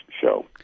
show